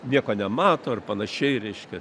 nieko nemato ar panašiai reiškia